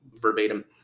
verbatim